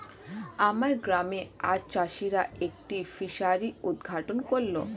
আমার গ্রামে আজ চাষিরা একটি ফিসারি উদ্ঘাটন করল